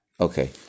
okay